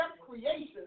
creation